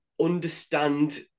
understand